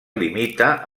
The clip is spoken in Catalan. limita